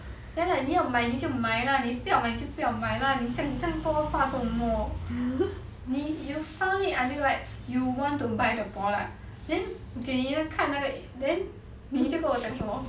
then like 你要买你就卖 lah 你不要买就不要买 lah 你这样这样多话怎么你 you sound it until like you want to buy the product then 给你也看那个 then 你就跟我讲什么